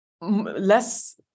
less